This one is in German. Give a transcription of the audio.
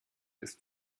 ist